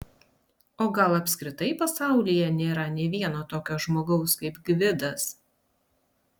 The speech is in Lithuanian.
o gal apskritai pasaulyje nėra nė vieno tokio žmogaus kaip gvidas